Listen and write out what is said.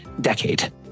Decade